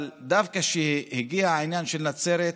אבל דווקא כשהגיע העניין של נצרת,